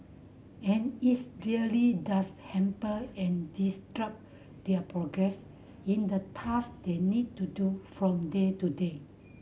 and it's really does hamper and disrupt their progress in the task they need to do from day to day